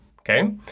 okay